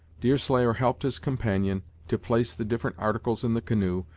deerslayer helped his companion to place the different articles in the canoe,